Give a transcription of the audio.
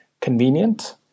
convenient